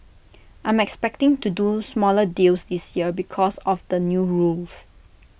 I'm expecting to do smaller deals this year because of the new rules